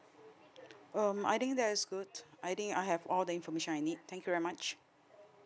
um I think that's good I think I have all the information I need thank you very much